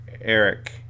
Eric